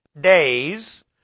days